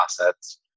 assets